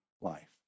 life